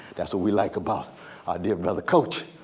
that's what we like about our dear brother coach.